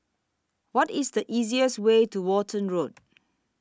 What IS The easiest Way to Walton Road